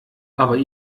aber